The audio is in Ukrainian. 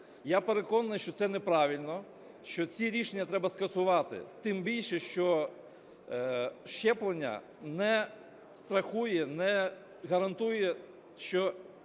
Я переконаний, що це неправильно, що ці рішення треба скасувати. Тим більше, що щеплення не страхує, не гарантує, що